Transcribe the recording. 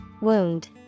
Wound